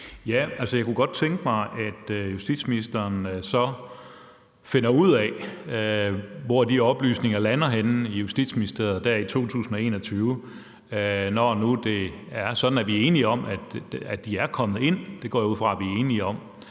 Jeg kunne godt tænke mig, at justitsministeren så finder ud af, hvor de oplysninger lander henne i Justitsministeriet der i 2021, når nu det er sådan, at vi er enige om, at de er kommet ind. Det går jeg ud fra at vi er enige om.